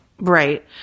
Right